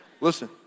Listen